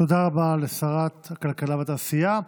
תודה רבה לשרת הכלכלה והתעשייה.